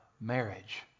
marriage